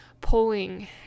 pulling